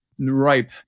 ripe